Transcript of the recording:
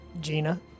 Gina